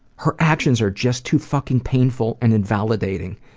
her actions are just too fucking painful and invalidating.